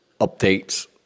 updates